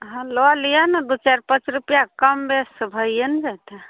हँ लऽ लिअऽ ने दुइ चारि पाँच रुपैआ कमबेस तऽ भइए ने जेतै